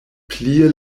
plie